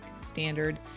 standard